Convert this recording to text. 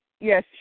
yes